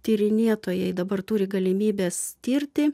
tyrinėtojai dabar turi galimybes tirti